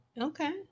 okay